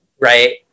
Right